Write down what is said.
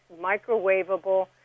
microwavable